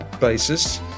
basis